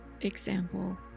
example